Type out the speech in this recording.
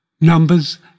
Numbers